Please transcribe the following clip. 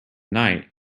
night